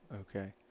Okay